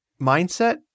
mindset